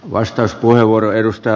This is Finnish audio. arvoisa puhemies